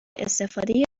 استفاده